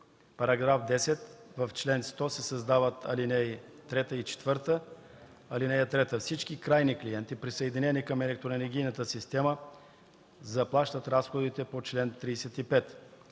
§ 10: „§ 10. В чл. 100 се създават ал. 3 и 4: „(3) Всички крайни клиенти, присъединени към електроенергийната система заплащат разходите по чл. 35.